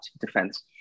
defense